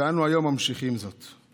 ואנו ממשיכים זאת היום.